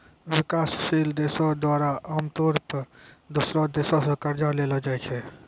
विकासशील देशो द्वारा आमतौरो पे दोसरो देशो से कर्जा लेलो जाय छै